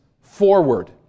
forward